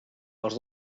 als